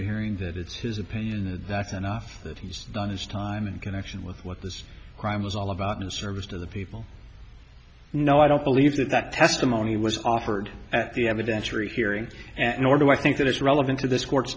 hearing that it's his opinion and that's enough that he's done his time in connection with what this crime was all about in service to the people you know i don't believe that that testimony was offered at the evidentiary hearing and nor do i think that it's relevant to th